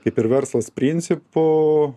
kaip ir verslas principu